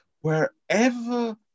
wherever